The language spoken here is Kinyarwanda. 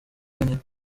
wenyine